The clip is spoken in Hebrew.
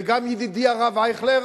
וגם ידידי הרב אייכלר,